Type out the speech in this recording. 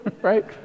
right